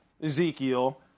Ezekiel